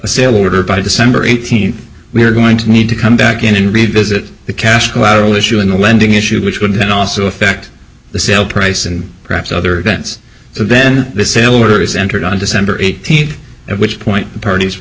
sale ordered by december eighteenth we're going to need to come back and revisit the cash collateral issue in the lending issue which would then also affect the sale price and perhaps other events then the sale order is entered on december eighteenth at which point the parties were